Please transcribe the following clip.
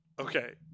Okay